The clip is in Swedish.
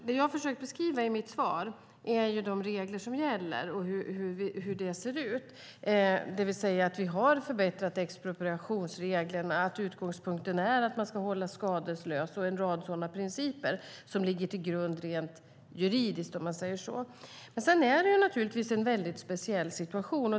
Det jag har försökt beskriva i mitt svar är de regler som gäller och hur det ser ut, det vill säga att vi har förbättrat expropriationsreglerna, att utgångspunkten är att man ska hållas skadeslös och en rad principer som ligger till grund rent juridiskt. Sedan är det naturligtvis en väldigt speciell situation.